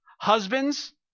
Husbands